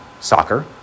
soccer